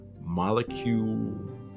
molecule